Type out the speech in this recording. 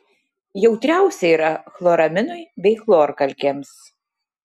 jautriausia yra chloraminui bei chlorkalkėms